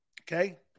Okay